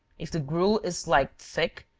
if the gruel is liked thick,